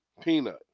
Peanut